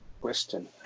question